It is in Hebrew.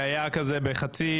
כשזה ממש לא קשור בנושא.